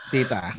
Tita